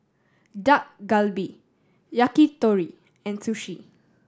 Dak Galbi Yakitori and Sushi